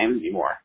anymore